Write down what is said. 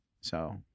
So-